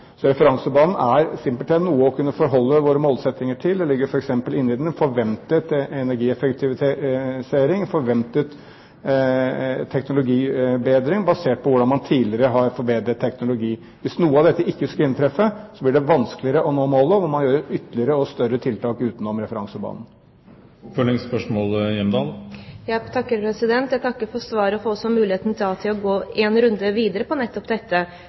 Så referansebanen er simpelthen noe å kunne forholde seg til med hensyn til våre målsettinger. Det ligger f.eks. inne i den en forventet energieffektivisering, en forventet teknologibedring basert på hvordan man tidligere har forbedret teknologi. Hvis noe av dette ikke skulle inntreffe, blir det vanskeligere å nå målet, og man må gjøre ytterligere og større tiltak utenom referansebanen. Jeg takker for svaret og for muligheten til også å gå en runde videre på nettopp dette.